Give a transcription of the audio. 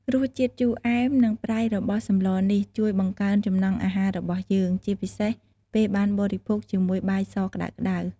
រសជាតិជូរអែម និងប្រៃរបស់សម្លនេះជួយបង្កើនចំណង់អាហាររបស់យើង ជាពិសេសពេលបានបរិភោគជាមួយបាយសក្ដៅៗ។